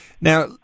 Now